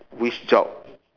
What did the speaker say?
which job